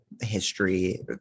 history